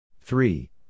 Three